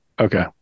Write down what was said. okay